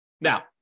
now